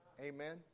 Amen